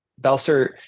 Belser